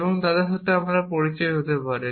এবং আপনি তাদের সাথে পরিচিত হতে পারেন